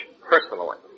personally